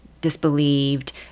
disbelieved